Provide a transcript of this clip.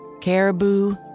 caribou